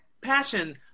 passion